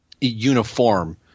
uniform